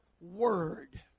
word